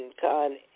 Con